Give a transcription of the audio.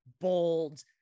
bold